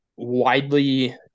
widely